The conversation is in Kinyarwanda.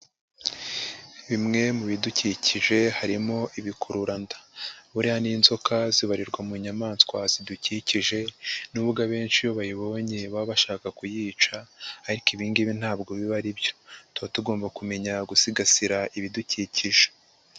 Bimwe mu bidukikije harimo ibikururanda, buriya n'inzoka zibarirwa mu nyamaswa zidukikije nubwo abenshi iyo bayibonye baba bashaka kuyica ariko ibingibi ntabwo biba aribyo tuba tugomba kumenya gusigasira ibidukikije.